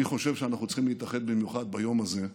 אני חושב שאנחנו צריכים להתאחד במיוחד ביום הזה,